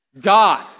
God